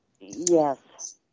Yes